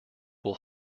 will